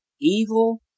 evil